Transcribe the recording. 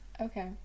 Okay